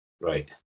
Right